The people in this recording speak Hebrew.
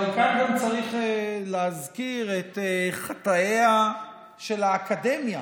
אבל כאן גם צריך להזכיר את חטאיה של האקדמיה,